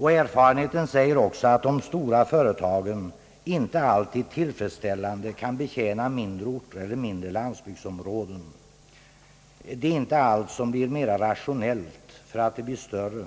Erfarenheten säger också att de stora företagen inte alltid kan tillfredsstäl lande betjäna mindre orter eller vissa landsbygdsområden. Det är inte allt som blir mera rationellt därför att det blir större.